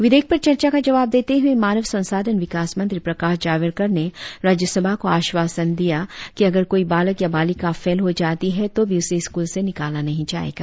विधेयक पर चर्चा का जवाब देते हुए मानव संसाधन विकास मंत्री प्रकाश जावड़ेकर ने राज्यसभा को आश्वासन दिया कि अगर कोई बालक या बालिका फेल हो जाती हो तो भी उसे स्कूल से निकाला नहीं जाएगा